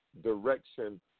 direction